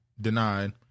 denied